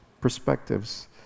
perspectives